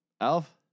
Alf